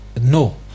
no